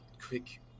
quick